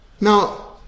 Now